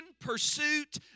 pursuit